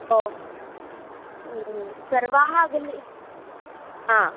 ओ सर्वाः गुलि हा